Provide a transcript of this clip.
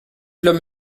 lhomme